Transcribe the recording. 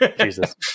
Jesus